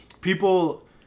People